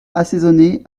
assaisonner